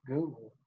Google